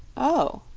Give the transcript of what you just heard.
oh,